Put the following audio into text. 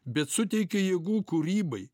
bet suteikia jėgų kūrybai